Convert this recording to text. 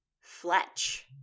Fletch